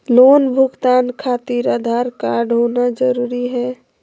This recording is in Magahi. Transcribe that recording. लोन भुगतान खातिर आधार कार्ड होना जरूरी है?